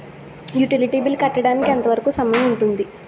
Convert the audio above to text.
Utility bill కట్టడానికి ఎంత వరుకు సమయం ఉంటుంది?